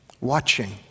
Watching